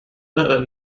leider